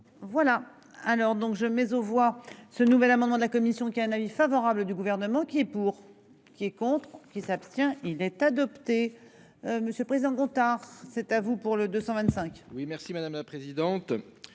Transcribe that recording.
Voilà alors donc je mais aux voix ce nouvel amendement de la commission qui a un avis favorable du gouvernement qui est pour. Qui est contre qui s'abstient. Il est adopté. Monsieur président Gontard. C'est à vous pour le 225. Oui merci madame la présidente.